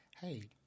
hey